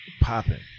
popping